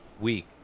week